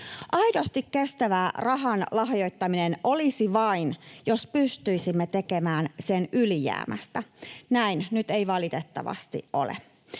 Aidosti kestävää rahan lahjoittaminen olisi vain, jos pystyisimme tekemään sen ylijäämästä. Näin ei nyt valitettavasti ole.